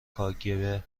کاگب